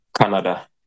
Canada